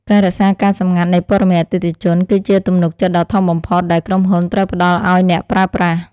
ការរក្សាការសម្ងាត់នៃព័ត៌មានអតិថិជន គឺជាទំនុកចិត្តដ៏ធំបំផុតដែលក្រុមហ៊ុនត្រូវផ្តល់ឱ្យអ្នកប្រើប្រាស់។